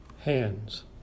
Hands